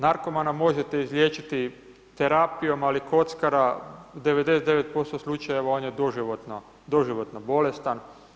Narkomana možete izliječiti terapijom, ali kockara u 99% slučajeva on je doživotno bolestan.